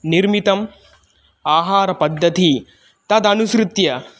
निर्मितम् आहारपद्धतिः तदनुसृत्य